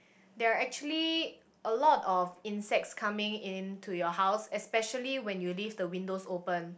there are actually a lot of insects coming in to your house especially when you leave the windows open